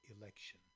election